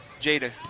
Jada